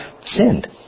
sinned